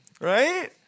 right